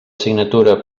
signatura